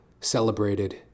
celebrated